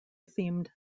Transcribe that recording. themed